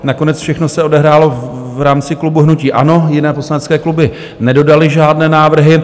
Nakonec se všechno odehrálo v rámci klubu hnutí ANO, jiné Poslanecké kluby nedodaly žádné návrhy.